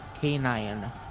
canine